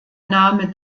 name